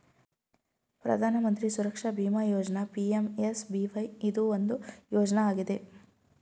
ಪ್ರಧಾನ ಮಂತ್ರಿ ಸುರಕ್ಷಾ ಬಿಮಾ ಯೋಜ್ನ ಪಿ.ಎಂ.ಎಸ್.ಬಿ.ವೈ ಇದು ಒಂದು ಯೋಜ್ನ ಆಗಿದೆ